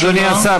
אדוני השר,